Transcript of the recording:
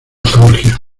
georgia